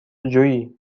جویی